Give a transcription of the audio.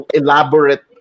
elaborate